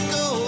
go